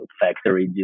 factory